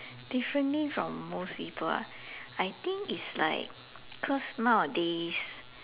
differently from most people ah I think it's like cause nowadays